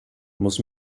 muss